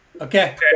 Okay